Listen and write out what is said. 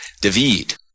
David